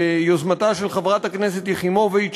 ביוזמתה של חברת הכנסת יחימוביץ,